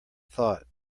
thought